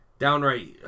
Downright